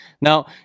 Now